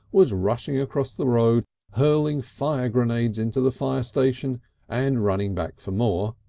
was rushing across the road hurling fire grenades into the fire station and running back for more,